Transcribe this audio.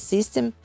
System